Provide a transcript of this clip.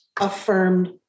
affirmed